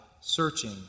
searching